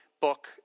book